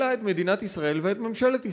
אלא את מדינת ישראל ואת ממשלת ישראל.